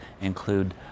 include